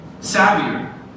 savvier